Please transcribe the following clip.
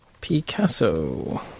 Picasso